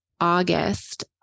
August